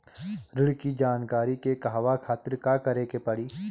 ऋण की जानकारी के कहवा खातिर का करे के पड़ी?